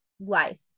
life